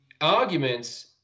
arguments